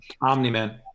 Omni-Man